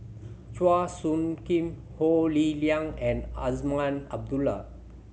Chua Soo Khim Ho Lee Ling and Azman Abdullah